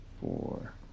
four